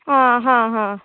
ಹಾಂ ಹಾಂ ಹಾಂ